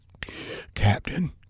Captain